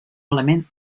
element